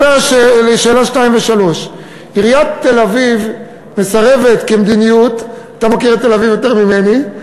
2 3. עיריית תל-אביב מסרבת, כמדיניות,